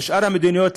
ושאר המדינות,